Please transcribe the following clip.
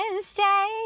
stay